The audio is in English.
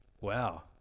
Wow